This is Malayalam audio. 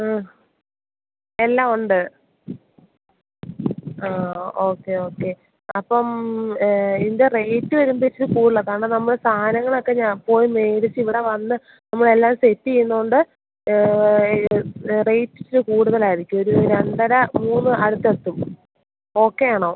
ആ എല്ലാം ഉണ്ട് ആ ഓക്കെ ഓക്കെ അപ്പോള് ഇതിൻ്റെ റേറ്റ് വരുമ്പോള് ഇച്ചിരി കൂടുതലാണ് കാരണം നമ്മള് സാധനങ്ങളൊക്കെ ഞാന് പോയി മേടിച്ചിവിടെ വന്ന് നമ്മളെല്ലാം സെറ്റെയ്യ്ന്നതുകൊണ്ട് ഇത് റേറ്റ് കൂടുതലായിരിക്കുമൊരു രണ്ടര മൂന്ന് അടുത്തെത്തും ഓക്കെയാണോ